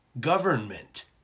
government